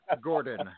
Gordon